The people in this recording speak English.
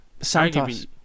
Santos